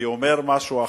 כי הוא אומר משהו,